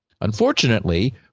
Unfortunately